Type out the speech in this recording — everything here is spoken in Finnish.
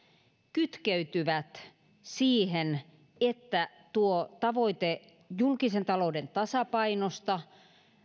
kytkeytyvät siihen että tavoite julkisen talouden tasapainosta